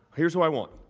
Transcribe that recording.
here's what i want.